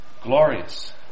glorious